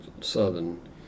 southern